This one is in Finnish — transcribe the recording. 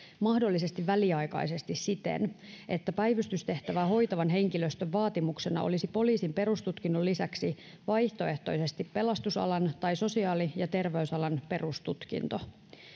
väliaikaisesti siten että päivystystehtävää hoitavan henkilöstön vaatimuksena olisi poliisin perustutkinnon lisäksi vaihtoehtoisesti joko pelastusalan tai sosiaali ja terveysalan perustutkinto